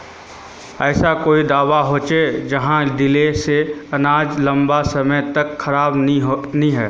ऐसा कोई दाबा होचे जहाक दिले से अनाज लंबा समय तक खराब नी है?